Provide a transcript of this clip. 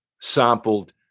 sampled